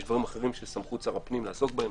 יש דברים אחרים שסמכות שר הפנים לעסוק בהם.